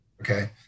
Okay